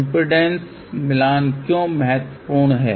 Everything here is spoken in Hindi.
इम्पीडेन्स मिलान क्यों महत्वपूर्ण है